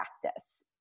practice